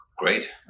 Great